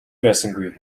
байсангүй